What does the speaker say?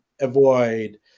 avoid